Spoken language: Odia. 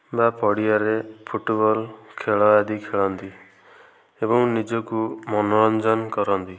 ବା ପଡ଼ିଆରେ ଫୁଟବଲ ଖେଳ ଆଦି ଖେଳନ୍ତି ଏବଂ ନିଜକୁ ମନୋରଞ୍ଜନ କରନ୍ତି